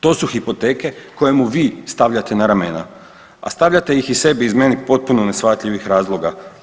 To su hipoteke koje mu vi stavljate na ramena a stavljate ih i sebi iz meni potpuno neshvatljivih razloga.